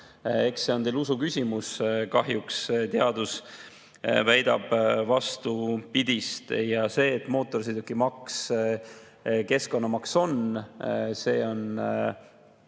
Eks see on teil usu küsimus, kahjuks teadus väidab vastupidist. See, et mootorsõidukimaks on keskkonnamaks, on